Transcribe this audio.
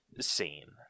scene